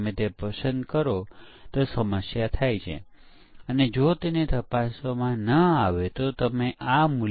જે પરીક્ષણ ખરેખર કેવી રીતે ગ્રાહક સોફ્ટવેરને વાપરે છે તેના પર આધારિત છે